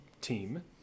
team